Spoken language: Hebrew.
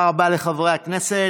תודה רבה לחברי הכנסת.